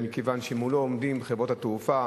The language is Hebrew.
מכיוון שמולו עומדות חברות התעופה.